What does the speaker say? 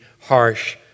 harsh